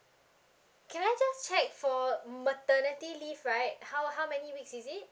can I just check for maternity leave right how how many weeks is it